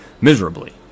miserably